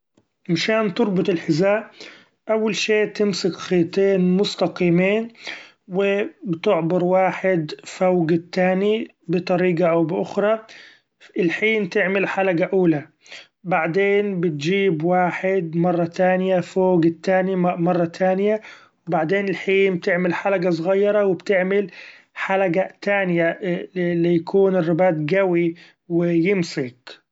مشان تربط الحذاء أول شي تمسك خيطين مستقيمين و بتعبر واحد فوق التاني بطريقة أو بأخري الحين تعمل حلقة أولي ، بعدين بتجيب واحد مرة تانية فوق التاني مره تانية بعدين الحين تعمل حلقة صغيرة و بتعمل حلقة تانية ليكون الرباط قوي و يمسك.